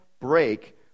break